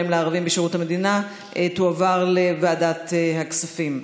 לערבים בשירות המדינה תועבר לוועדת הכספים.